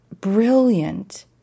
brilliant